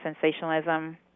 sensationalism